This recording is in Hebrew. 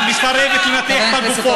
למה המשטרה מסרבת לנתח את הגופות?